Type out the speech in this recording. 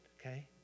okay